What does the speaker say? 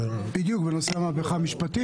בדיוק, בנושא המהפכה המשפטית.